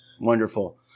Wonderful